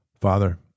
Father